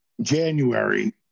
January